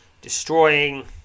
destroying